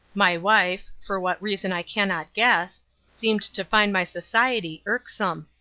my wife for what reason i cannot guess seemed to find my society irksome.